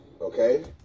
okay